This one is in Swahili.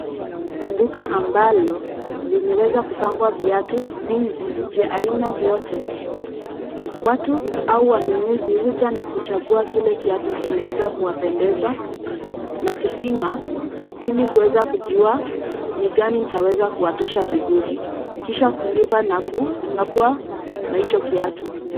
Duka ambalo limeweza kupangwa viatu vingi vya aina vyote. Watu au wanunuzi huja na kuchagua kile kiatu kimeweza kuwapendeza na kupima ili kuweza kujua ni gani itaweza kuwatosha vizuri, kisha kulipa na kua na hicho kiatu.